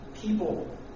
people